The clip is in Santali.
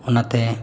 ᱚᱱᱟᱛᱮ